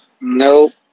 Nope